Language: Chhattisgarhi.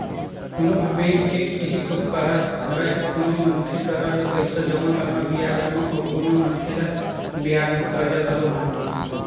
कोनो भी बेंक के इहीं तो कारज हरय कोनो मनखे करा ले पइसा जमा करना बियाज म अउ कोनो मनखे ल बियाज म करजा घलो बाटना